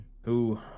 who